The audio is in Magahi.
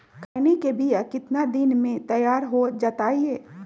खैनी के बिया कितना दिन मे तैयार हो जताइए?